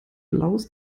blaues